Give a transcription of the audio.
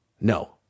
no